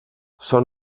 són